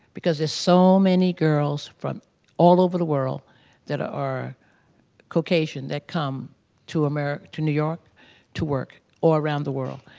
because there are so many girls from all over the world that ah are caucasian that come to america, to new york to work. all around the world.